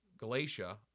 Galatia